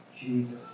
Jesus